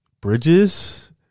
Bridges